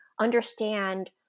understand